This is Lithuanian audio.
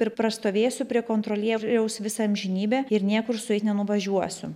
ir prastovėsiu prie kontrolieriaus visą amžinybę ir niekur su jais nenuvažiuosiu